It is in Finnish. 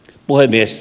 puhemies